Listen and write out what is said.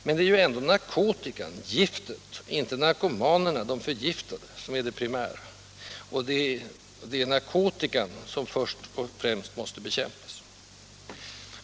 Men det är ju ändå narkotikan, giftet, inte narkomanerna, de förgiftade, som är det primära. Det är narkotikan som först och främst måste bekämpas.